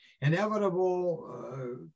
inevitable